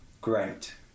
great